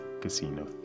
casino